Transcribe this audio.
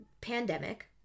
pandemic